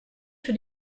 für